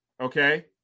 Okay